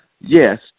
yes